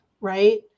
right